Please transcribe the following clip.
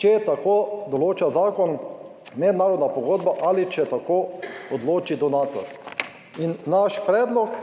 če tako določa zakon, mednarodna pogodba ali če tako odloči donator. Naš predlog